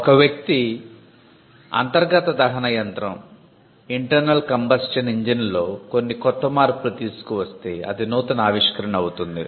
ఒక వ్యక్తి అంతర్గత దహన యంత్రంలో కొన్ని కొత్త మార్పులు తీసుకు వస్తే అది నూతన ఆవిష్కరణ అవుతుంది